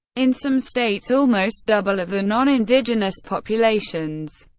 in some states almost double of the non-indigenous populations.